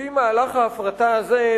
שלפי מהלך ההפרטה הזה,